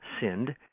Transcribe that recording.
sinned